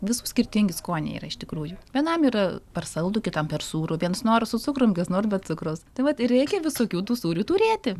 visų skirtingi skoniai yra iš tikrųjų vienam yra per saldu kitam per sūru viens nori su cukrum kits nori be cukraus tai vat ir reikia visokių tų sūrių turėti